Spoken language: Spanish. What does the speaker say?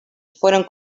fueron